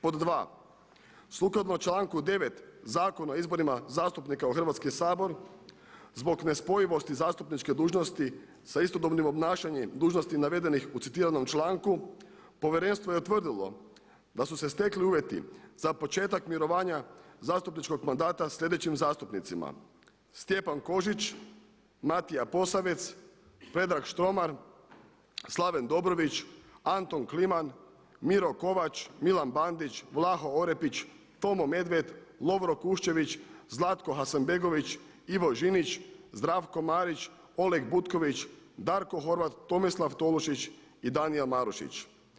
Pod 2. Sukladno članku 9. Zakona o izborima zastupnika u Hrvatski sabor zbog nespojivosti zastupničke dužnosti sa istodobnim obnašanjem dužnosti navedenih u citiranom članku Povjerenstvo je utvrdilo da su se stekli uvjeti za početak mirovanja zastupničkog mandata sljedećim zastupnicima: Stjepan Kožić, Matija Posavec, Predrag Štromar, Slaven Dobrović, Anton Kliman, Miro Kovač, Milan Bandić, Vlaho Orepić, Tomo Medved, Lovro Kuščević, Zlatko Hasanbegović, Ivo Žinić, Zdravko Marić, Oleg Butković, Darko Horvat, Tomislav Tolušić i Danijel Marušić.